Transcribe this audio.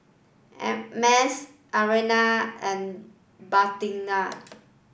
and Mas Aina and Batrisya